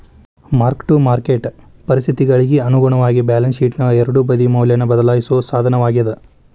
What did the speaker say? mark to market ಪರಿಸ್ಥಿತಿಗಳಿಗಿ ಅನುಗುಣವಾಗಿ balance ಶೇಟ್ನ ಎರಡೂ ಬದಿ ಮೌಲ್ಯನ ಬದ್ಲಾಯಿಸೋ ಸಾಧನವಾಗ್ಯಾದ